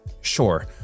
Sure